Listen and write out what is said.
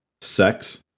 sex